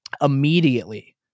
immediately